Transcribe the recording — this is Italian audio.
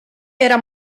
era